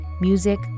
Music